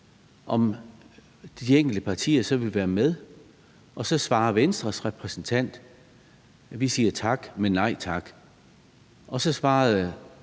om de enkelte partier så vil være med, og Venstres repræsentant siger tak, men nej tak. Og så svarede